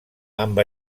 amb